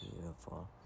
beautiful